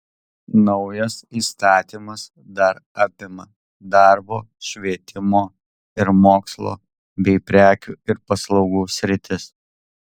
naujas įstatymas dar apima darbo švietimo ir mokslo bei prekių ir paslaugų sritis